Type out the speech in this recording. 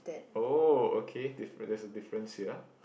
oh okay differe~ there's a difference here